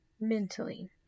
mentally